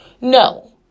No